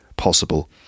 possible